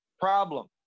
Problem